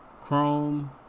Chrome